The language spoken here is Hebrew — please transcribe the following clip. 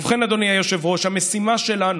ובכן, אדוני היושב-ראש, המשימה שלנו,